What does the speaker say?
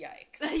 Yikes